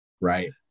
Right